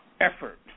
Effort